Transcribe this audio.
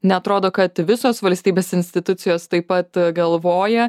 neatrodo kad visos valstybės institucijos taip pat galvoja